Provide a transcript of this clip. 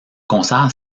concert